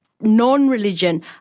non-religion